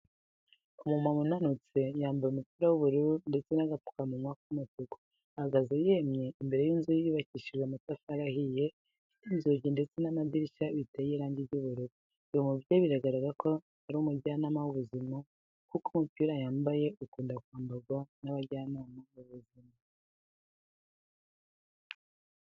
Umumama unanutse wambaye umupira w'ubururu ndetse n'agapfukamunwa k'umutuku, ahagaze yemye imbere y'inzu yubakishije amatafari ahiye, ifite inzugi ndetse n'amadirishya biteye irangi ry'ubururu. Uyu mubyeyi biragaragara ko ari umujyana w'ubuzima kuko umupira yambaye ukunda kwambarwa n'abajyanama b'ubuzima.